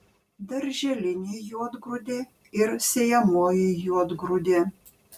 darželinė juodgrūdė ir sėjamoji juodgrūdė